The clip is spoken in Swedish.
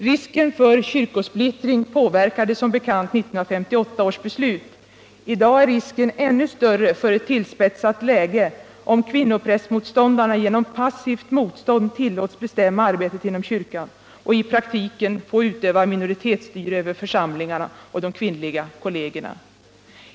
Risken för kyrkosplittring påverkade, som bekant, 1958 års beslut. I dag är risken ännu större för en tillspetsning av läget, om kvinnoprästmotståndarna genom passivt motstånd tillåts bestämma arbetet inom kyrkan och i praktiken utöva minoritetsstyre över församlingarna och de kvinnliga kollegerna.